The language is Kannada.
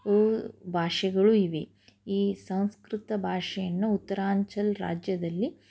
ಭಾಷೆಗಳೂ ಇವೆ ಈ ಸಂಸ್ಕೃತ ಭಾಷೆಯನ್ನು ಉತ್ತರಾಂಚಲ್ ರಾಜ್ಯದಲ್ಲಿ